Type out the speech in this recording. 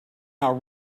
how